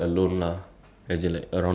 okay okay